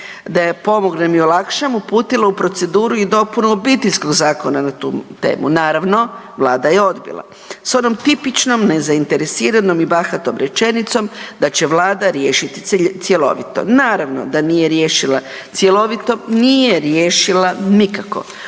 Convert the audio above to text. da joj pomognem i olakšam uputila u proceduru i dopunu Obiteljskog zakona na tu temu. Naravno, Vlada je odbila sa onom tipičnom i nezainteresiranom i bahatom rečenicom da će Vlada riješiti cjelovito. Naravno da nije riješila cjelovito, nije riješila nikako.